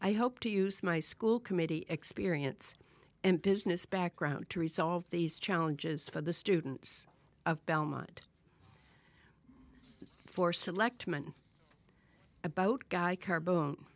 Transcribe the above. i hope to use my school committee experience and business background to resolve these challenges for the students of belmont for selectman about guy carbo